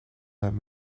that